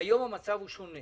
היום המצב הוא שונה